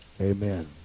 Amen